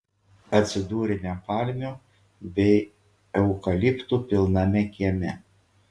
atsidūrėme palmių bei eukaliptų pilname kieme